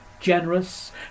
Generous